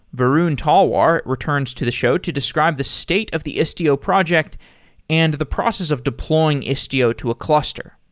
varun talwar it returns to the show to describe the state of the istio project and the process of deploying istio to a cluster.